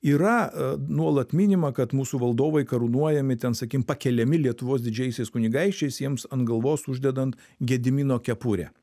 yra nuolat minima kad mūsų valdovai karūnuojami ten sakykim pakeliami lietuvos didžiaisiais kunigaikščiais jiems ant galvos uždedant gedimino kepurę